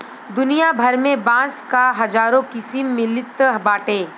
दुनिया भर में बांस क हजारो किसिम मिलत बाटे